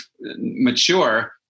mature